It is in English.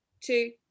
two